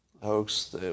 hoax